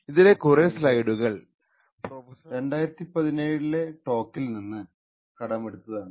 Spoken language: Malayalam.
ഇതിലെ കുറെ സ്ലൈഡ്കൾ പ്രൊഫസർ Onur Mutlu ൻറെ 2017 ലെ ടോക്ക് ൽനിന്ന് കടമെടുത്തതാണ്